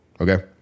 okay